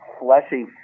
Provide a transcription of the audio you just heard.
fleshy